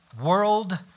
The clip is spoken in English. world